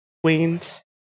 Queens